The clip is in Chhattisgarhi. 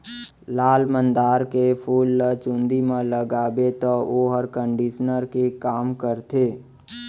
लाल मंदार के फूल ल चूंदी म लगाबे तौ वोहर कंडीसनर के काम करथे